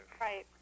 Right